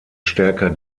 stärker